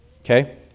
okay